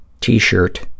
t-shirt